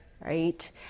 right